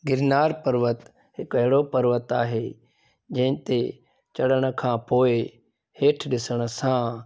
गिरनार पर्वत हिकु अहिड़ो पर्वत आहे जंहिं ते चढ़ण खां पोइ हेठि ॾिसण सां